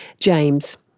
james.